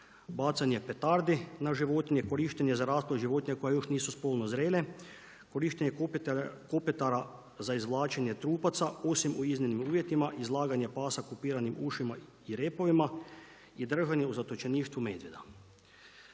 bacanje petardi na životinje, korištenje za rasplod životinje koje još nisu spolno zrele, korištenje kopitara za izvlačenje trupaca osim u iznimnim uvjetima, izlaganje pasa kupiranim ušima i repovima i držanje u zatočeništvu medvjeda.